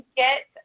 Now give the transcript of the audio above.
get